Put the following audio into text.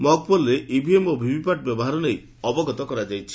mock ପୋଲରେ EVM ଓ VVPAT ବ୍ୟବହାର ନେଇ ଅବଗତ କରାଯାଇଛି